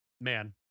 man